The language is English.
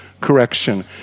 correction